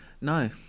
No